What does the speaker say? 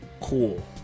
cool